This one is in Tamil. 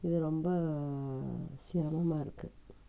இது ரொம்ப சிரமமாக இருக்கு